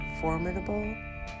formidable